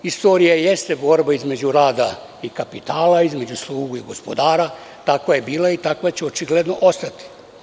Istorija jeste borba između rada i kapitala, između slugu i gospodara, tako je bilo i tako će očigledno ostati.